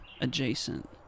adjacent